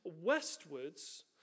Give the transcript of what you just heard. westwards